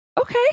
okay